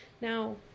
Now